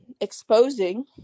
exposing